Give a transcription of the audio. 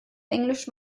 englisch